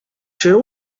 się